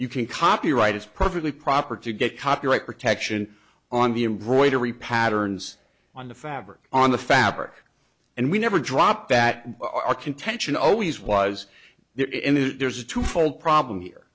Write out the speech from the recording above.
can copyright is perfectly proper to get copyright protection on the embroidery patterns on the fabric on the fabric and we never drop that our contention always was there there's a two fold problem here